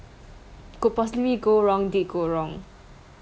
could possibly go wrong did go wrong